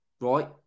right